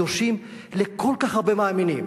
הקדושים לכל כך הרבה מאמינים.